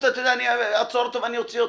אני אעצור אותו ואני אוציא אותו.